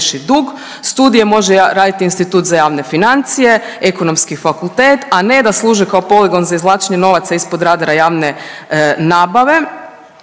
studije može raditi Institut za javne financije, ekonomski fakultet, a ne da služe kao poligon za izvlačenje novaca ispod radara javne nabave,